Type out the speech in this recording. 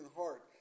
heart